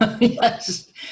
Yes